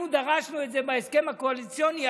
אנחנו דרשנו את זה בהסכם הקואליציוני,